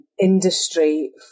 industry